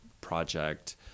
project